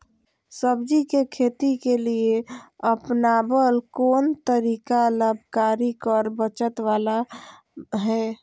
सब्जी के खेती के लिए अपनाबल कोन तरीका लाभकारी कर बचत बाला है?